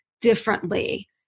differently